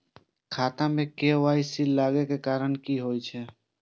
खाता मे के.वाई.सी लागै के कारण की होय छै?